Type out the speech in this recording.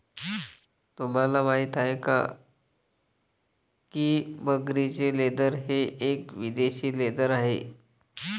तुम्हाला माहिती आहे का की मगरीचे लेदर हे एक विदेशी लेदर आहे